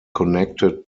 connected